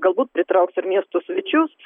galbūt pritrauks ir miesto svečius